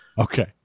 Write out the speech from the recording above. Okay